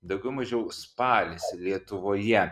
daugiau mažiau spalis lietuvoje